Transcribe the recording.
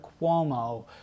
Cuomo